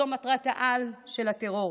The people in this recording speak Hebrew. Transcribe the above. זו מטרת-העל של הטרור.